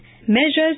Measures